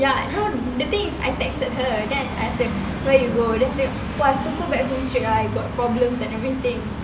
ya you know the thing is I texted her then I ask where you go then she say I have to go back home straight ah got problems and everything